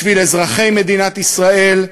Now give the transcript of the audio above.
בשביל אזרחי מדינת ישראל,